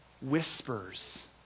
whispers